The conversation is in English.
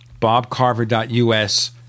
bobcarver.us